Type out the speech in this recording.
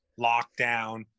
lockdown